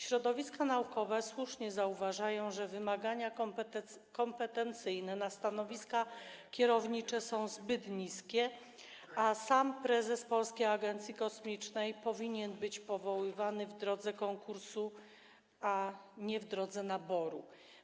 Środowiska naukowe słusznie zauważają, że wymagania kompetencyjne na stanowiska kierownicze są zbyt niskie, a sam prezes Polskiej Agencji Kosmicznej powinien być powoływany w drodze konkursu, a nie w drodze naboru.